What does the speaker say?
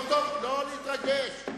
לא להתרגש,